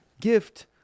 gift